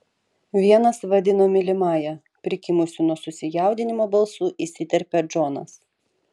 vienas vadino mylimąja prikimusiu nuo susijaudinimo balsu įsiterpia džonas